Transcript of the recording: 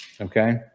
Okay